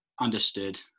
understood